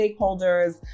stakeholders